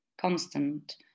Constant